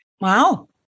Wow